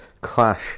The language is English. clash